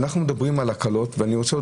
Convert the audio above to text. ואנחנו מדברים על הקלות ואני רוצה,